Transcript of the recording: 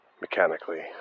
mechanically